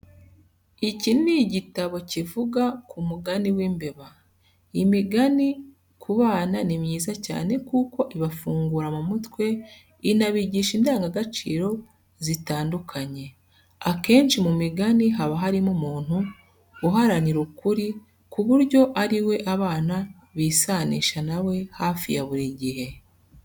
Iki ni igitabo kivuga ku mugani w'imbeba. Imigani ku bana ni myiza cyane kuko ibafungura mu mutwe inabigisha indangagaciro zitandukanye. Akenshi mu migani haba harimo umuntu uharanira ukuri ku buryo ariwe abana bisanisha nawe hafi ya buri gihe.